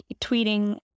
tweeting